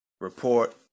report